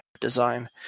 design